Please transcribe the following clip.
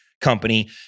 company